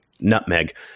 nutmeg